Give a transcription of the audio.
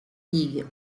league